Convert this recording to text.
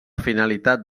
finalitat